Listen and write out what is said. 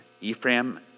Ephraim